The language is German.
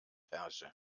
herrsche